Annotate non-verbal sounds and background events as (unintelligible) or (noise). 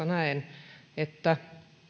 (unintelligible) näen että